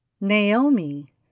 Naomi